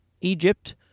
Egypt